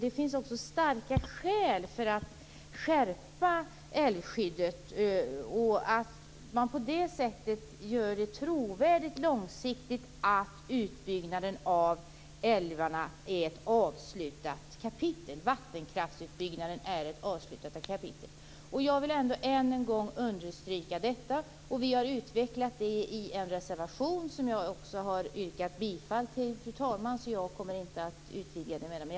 Det finns också starka skäl för att skärpa älvskyddet så att man på det sättet gör det trovärdigt långsiktigt att utbyggnaden av älvarna är ett avslutat kapitel, vattenkraftsutbyggnaden är ett avslutat kapitel. Jag vill än en gång understryka detta. Vi har utvecklat det i en reservation som jag också har yrkat bifall till, fru talman, så jag kommer inte att utveckla det vidare.